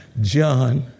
John